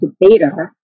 debater